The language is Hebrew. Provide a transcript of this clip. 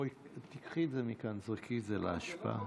בואי, קחי את זה מכאן, זרקי את זה לאשפה.